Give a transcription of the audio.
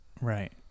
right